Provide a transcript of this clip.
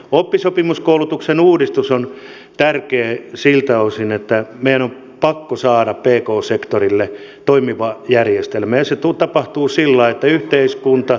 oppisopimiskoulutuksen uudistus on tärkeä siltä osin että meidän on pakko saada pk sektorille toimiva järjestelmä ja se tapahtuu sillä lailla että yhteiskunta